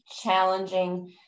challenging